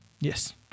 Yes